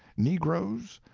negroes,